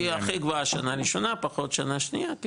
היא הכי גבוהה שנה ראשונה, פחות שנה שנייה.